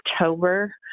October